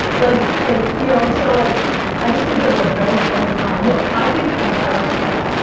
like like you know and so like i just think that were in a very funny time. look, i think empires fall.